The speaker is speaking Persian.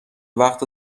وقت